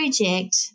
project